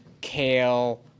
kale